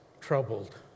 troubled